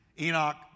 Enoch